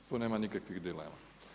Tu nema nikakvih dilema.